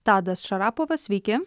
tadas šarapovas sveiki